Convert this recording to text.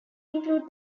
include